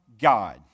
God